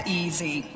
easy